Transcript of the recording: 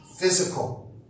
physical